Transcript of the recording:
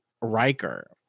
Riker